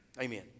Amen